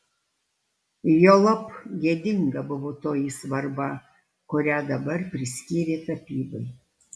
juolab gėdinga buvo toji svarba kurią dabar priskyrė tapybai